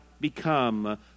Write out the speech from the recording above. become